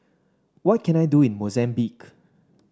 what can I do in Mozambique